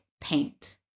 paint